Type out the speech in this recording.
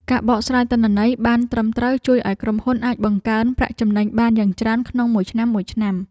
ការបកស្រាយទិន្នន័យបានត្រឹមត្រូវជួយឱ្យក្រុមហ៊ុនអាចបង្កើនប្រាក់ចំណេញបានយ៉ាងច្រើនក្នុងមួយឆ្នាំៗ។